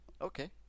Okay